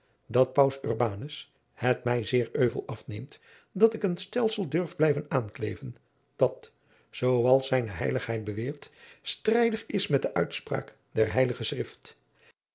dat paus urbanus het mij zeer euvel afneemt dat ik een stelsel durf blijven aankleven dat zooals zijne heiligheid beweert strijdig is met de uitspraak der h schrift